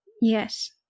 Yes